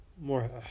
more